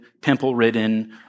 pimple-ridden